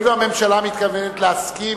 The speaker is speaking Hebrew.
הואיל והממשלה מתכוונת להסכים,